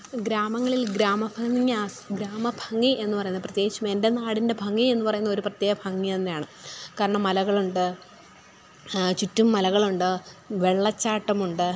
ഗ്രാമങ്ങളിൽ ഗ്രാമ ഭംഗിയാസ്വ ഗ്രാമ ഭംഗി എന്ന് പറയുന്നത് പ്രത്യേകിച്ചും എൻ്റെ നാടിൻ്റെ ഭംഗി എന്ന് പറയുന്നതൊരു പ്രത്യേക ഒരു ഭംഗി തന്നെയാണ് കാരണം മലകളുണ്ട് ചുറ്റും മലകളുണ്ട് വെള്ളച്ചാട്ടമുണ്ട്